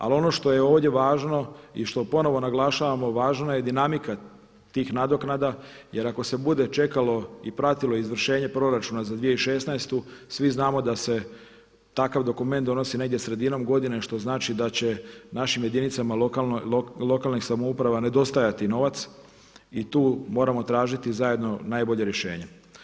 Ali ono što je ovdje važno i što ponovno naglašavamo važna je dinamika tih nadoknada jer ako se bude čekalo i pratilo izvršenje proračuna za 2016. svi znamo da se takav dokument donosi negdje sredinom godine što znači da će našim jedinicama lokalnih samouprava nedostajati novac i tu moramo tražiti zajedno najbolje rješenje.